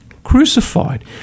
crucified